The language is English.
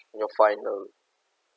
your final